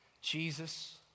Jesus